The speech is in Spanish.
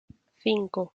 cinco